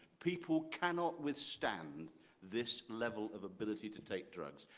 people cannot withstand this level of ability to take drugs.